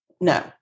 no